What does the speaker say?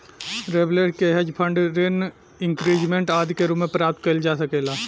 leverage के hedge fund renew increment आदि के रूप में प्राप्त कईल जा सकेला